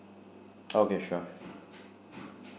okay sure